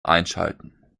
einschalten